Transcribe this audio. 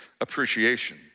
appreciation